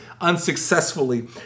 unsuccessfully